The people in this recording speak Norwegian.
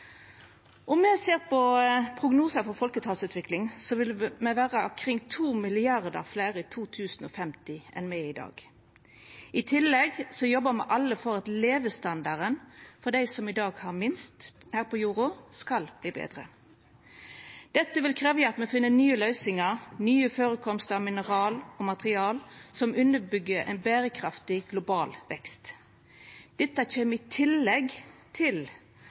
Om me ser på prognosar for folketalsutvikling, vil me vera omkring to milliardar fleire i 2050 enn me er i dag. I tillegg jobbar me alle for at levestandarden for dei som i dag har minst her på jorda, skal verta betre. Dette vil krevja at me finn nye løysingar og nye førekomstar av mineral og materiale som underbyggjer ein berekraftig global vekst. Dette kjem i tillegg til